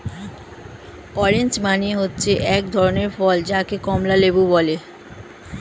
orange মানে হচ্ছে এক ধরনের ফল যাকে কমলা লেবু বলে